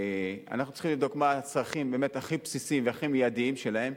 אנחנו צריכים לבדוק מה הצרכים באמת הכי בסיסיים והכי מיידיים שלהם,